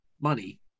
money